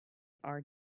are